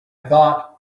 thought